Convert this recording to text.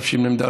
תשמ"ד,